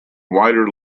wider